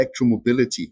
electromobility